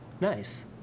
Nice